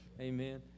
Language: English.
Amen